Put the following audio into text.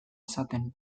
esaten